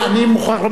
אני מוכרח לומר לך,